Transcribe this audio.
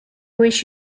wish